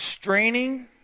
straining